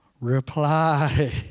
Reply